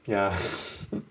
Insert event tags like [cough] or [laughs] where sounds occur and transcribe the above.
[laughs]